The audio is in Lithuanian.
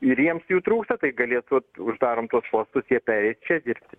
ir jiems jų trūksta tai galėtų uždarom tuos postus jie pereis čia dirbti